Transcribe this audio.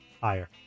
Higher